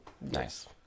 nice